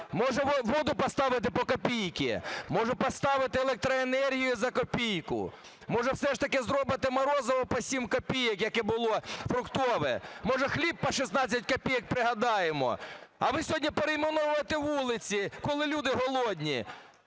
Може воду поставите по копійці? Може поставите електроенергію за копійку? Може все ж таки зробите морозиво по 7 копійок, яке було фруктове? Може хліб по 16 копійок, пригадаємо? А ви сьогодні перейменовуєте вулиці, коли люди голодні.